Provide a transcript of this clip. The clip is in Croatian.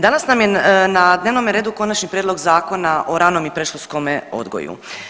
Danas nam je na dnevnome redu Konačni prijedlog Zakona o ranom i predškolskome odgoju.